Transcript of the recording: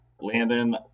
Landon